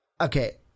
okay